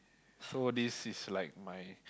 so this is like my